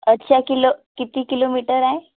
अच्छा किलो किती किलोमीटर आहे